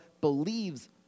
believes